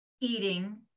eating